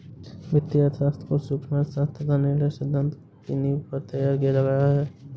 वित्तीय अर्थशास्त्र को सूक्ष्म अर्थशास्त्र तथा निर्णय सिद्धांत की नींव पर तैयार किया गया है